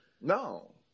No